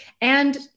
And-